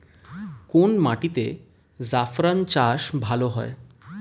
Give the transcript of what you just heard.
কোন মাটিতে জাফরান চাষ ভালো হয়?